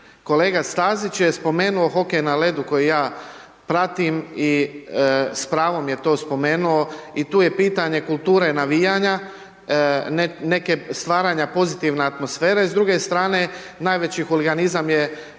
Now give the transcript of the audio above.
Kolega Stazić je spomenuo hokej na ledu koji ja pratim i s pravom je to spomenuo i tu je pitanje kulture navijanja, neke stvaranja pozitivne atmosfere, s druge strane najveći huliganizam je